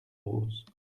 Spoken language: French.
roses